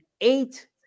eight